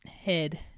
head